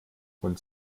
und